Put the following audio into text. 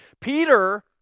Peter